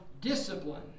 discipline